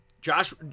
Josh